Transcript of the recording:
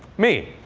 me.